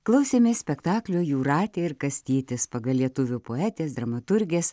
klausėmės spektaklio jūratė ir kąstytis pagal lietuvių poetės dramaturgės